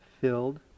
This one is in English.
filled